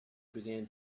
began